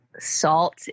Salt